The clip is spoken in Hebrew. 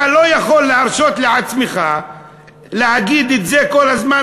אתה לא יכול להרשות לעצמך להגיד את זה כל הזמן,